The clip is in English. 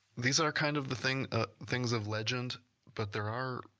these are, kind of, the things things of legend but there are,